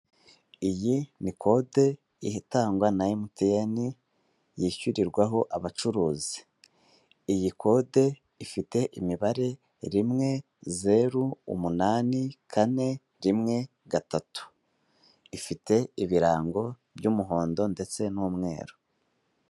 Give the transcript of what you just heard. Iyi ni kode itangwa na MTN yishyurirwaho abacuruzi, iyi kode ifite imibare rimwe zeru umunani kane rimwe gatatu, ifite ibirango by'umuhondo ndetse n'umweru.